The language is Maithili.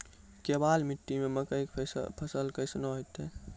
केवाल मिट्टी मे मकई के फ़सल कैसनौ होईतै?